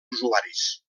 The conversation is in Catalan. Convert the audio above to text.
usuaris